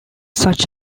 such